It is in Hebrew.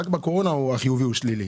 רק בקורונה החיובי הוא שלילי.